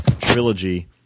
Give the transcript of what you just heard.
trilogy